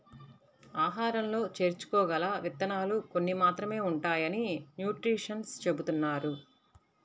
ఆహారంలో చేర్చుకోగల విత్తనాలు కొన్ని మాత్రమే ఉంటాయని న్యూట్రిషన్స్ చెబుతున్నారు